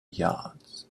yards